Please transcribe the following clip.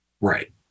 right